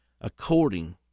according